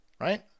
Right